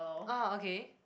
ah okay